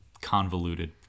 convoluted